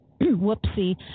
whoopsie